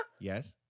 Yes